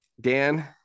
Dan